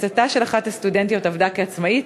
גיסתה של אחת הסטודנטיות עבדה כעצמאית,